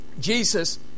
Jesus